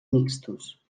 mixtos